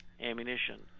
ammunition